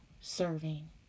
serving